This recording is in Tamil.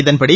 இதன்படி